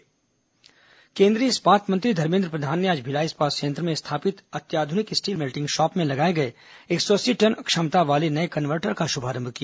केंद्रीय मंत्री भिलाई केंद्रीय इस्पात मंत्री धर्मेन्द्र प्रधान ने आज भिलाई इस्पात संयंत्र में स्थापित अत्याधुनिक स्टील मेल्टिंग शॉप में लगाए गए एक सौ अस्सी टन क्षमता वाले नए कन्वर्टर का शुभारंभ किया